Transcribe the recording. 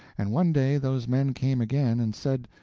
and one day those men came again, and said,